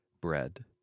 bread